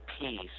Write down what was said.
peace